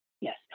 Yes